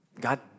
God